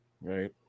Right